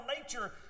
nature